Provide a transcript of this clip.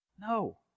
No